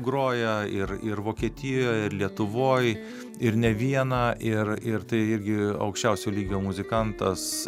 groja ir ir vokietijoje lietuvoj ir ne vieną ir ir tai irgi aukščiausio lygio muzikantas